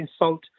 insult